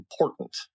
important